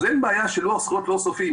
אין בעיה של לוח זכויות לא סופי.